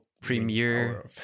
Premiere